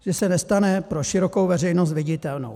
Že se nestane pro širokou veřejnost viditelnou.